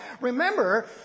remember